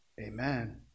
Amen